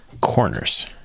corners